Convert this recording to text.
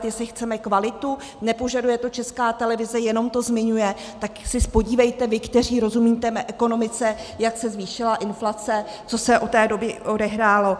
Jestli chceme kvalitu, nepožaduje to Česká televize, jenom to zmiňuje, tak se podívejte, vy, kteří rozumíte ekonomice, jak se zvýšila inflace, co se od té doby odehrálo.